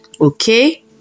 okay